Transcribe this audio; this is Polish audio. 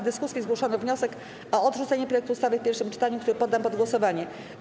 W dyskusji zgłoszono wniosek o odrzucenie projektu ustawy w pierwszym czytaniu, który poddam pod głosowanie.